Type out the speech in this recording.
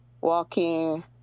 walking